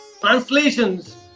translations